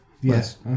Yes